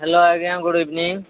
hello ଆଜ୍ଞା good evening